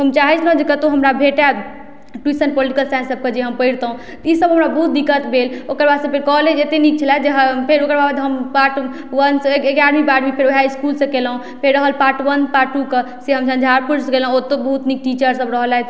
तऽ हम चाहै छलहुॅं कतौ हमरा भेटै ट्यूशन पोलिटिकल साइन्स सबके जे हम पैढ़तहुॅं इसब हमरा बहुत दिक्कत भेल ओकरबाद से फेर कॉलेज अत्ते नीक छलै जे फेर ओकरबाद हम पार्ट वन से एगारहवीं बारहवीं फेर वहए इसकुल से केलहुॅं फेर रहल पार्ट वन पार्ट टू कऽ से हम झंझारपुर से केलहुॅं ओत्तो बहुत नीक टीचर सब रहलथि